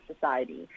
Society